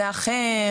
זה אחר,